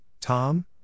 Tom